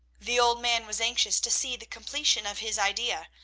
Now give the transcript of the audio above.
the old man was anxious to see the completion of his idea,